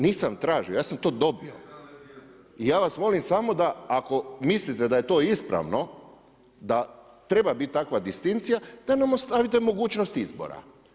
Nisam tražio, ja sam to dobio. … [[Upadica se ne čuje.]] I ja vas molim samo da, ako mislite da je to ispravno, da treba biti ta distinkcija da nam ostavite mogućnost izbora.